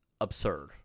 absurd